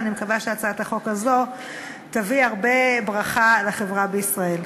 אני מקווה שהצעת החוק הזאת תביא הרבה ברכה לחברה בישראל.